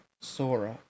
Sora